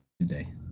today